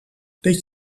deed